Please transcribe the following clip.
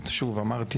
אמרתי,